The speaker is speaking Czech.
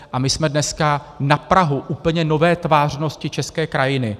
A my jsme dneska na prahu úplně nové tvářnosti české krajiny.